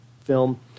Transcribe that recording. film